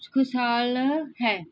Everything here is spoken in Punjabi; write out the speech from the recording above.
ਖੁਸ਼ਹਾਲ ਹੈ